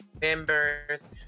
members